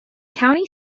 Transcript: county